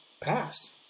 passed